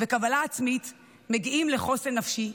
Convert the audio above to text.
וקבלה עצמית מגיעים לחוסן נפשי,